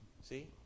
See